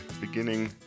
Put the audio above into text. beginning